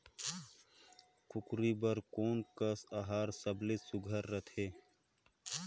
कूकरी बर कोन कस आहार सबले सुघ्घर रथे?